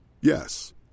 Yes